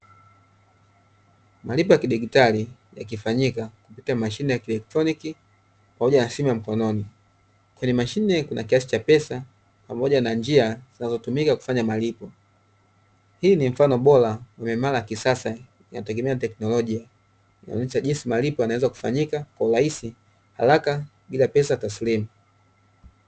Malipo ya kidigitali, yakifanyika kupitia mashine ya kielektroniki pamoja na simu ya mkononi. Kwenye mashine kuna kiasi cha pesa pamoja na njia zinazotumika kufanya malipo. Hii ni mfano bora wa miamala ya kisasa, inategemea na teknolojia inaonyesha jinsi malipo yanaweza kufanyika kwa urahisi haraka, bila pesa taslimu.